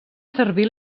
servir